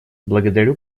благодарю